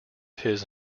his